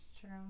true